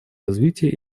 развитие